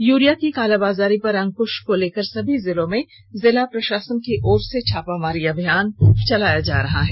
urea की कालाबाजारी पर अंकृश को लेकर सभी जिलों में जिला प्रशासन की ओर से छापामारी अभियान भी चलाया जा रहा है